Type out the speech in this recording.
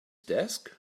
desk